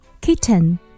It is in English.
kitten